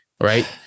Right